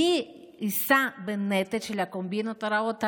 מי יישא בנטל של הקומבינות הרעות הללו?